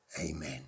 Amen